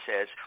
says